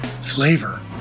flavor